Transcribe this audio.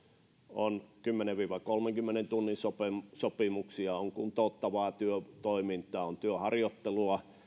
on kymmenen viiva kolmenkymmenen tunnin sopimuksia sopimuksia on kuntouttavaa työtoimintaa on työharjoittelua